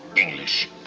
english,